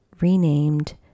renamed